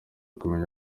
kumenya